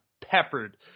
peppered